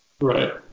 right